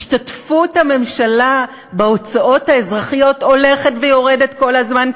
השתתפות הממשלה בהוצאות האזרחיות הולכת ויורדת כל הזמן כאידיאולוגיה,